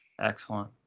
Excellent